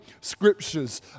Scriptures